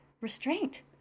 restraint